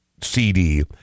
CD